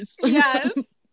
Yes